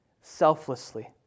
selflessly